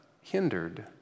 hindered